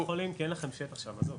כי אין לכם שטח שם.